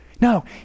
No